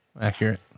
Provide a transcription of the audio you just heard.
Accurate